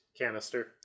canister